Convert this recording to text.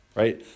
right